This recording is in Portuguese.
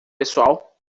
pessoal